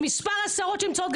עם מספר השרות שנמצאות,